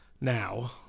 now